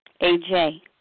AJ